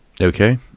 Okay